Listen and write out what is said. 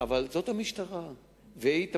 זה שצריך לעשות, גם אני מסכים.